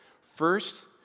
First